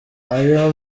ayo